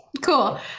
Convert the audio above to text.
Cool